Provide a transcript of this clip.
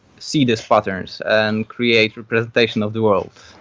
see these patterns and create representation of the world.